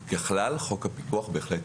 ככלל, חוק הפיקוח בהחלט